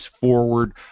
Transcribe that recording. forward